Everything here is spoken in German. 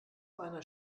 einer